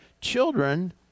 children